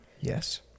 Yes